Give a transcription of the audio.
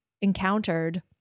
encountered